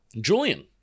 Julian